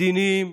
מדיניים,